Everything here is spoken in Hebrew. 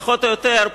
פחות או יותר,